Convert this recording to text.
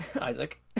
Isaac